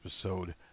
episode